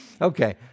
Okay